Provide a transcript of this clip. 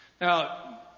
Now